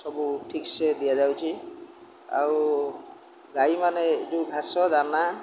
ସବୁ ଠିକସେ ଦିଆଯାଉଛି ଆଉ ଗାଈମାନେ ଯେଉଁ ଘାସ ଦାନା